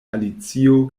alicio